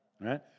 right